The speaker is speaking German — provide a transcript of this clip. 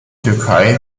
türkei